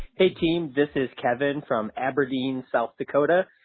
hey team, this is kevin from aberdeen, south dakota,